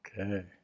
Okay